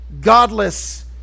godless